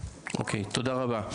תודה רבה.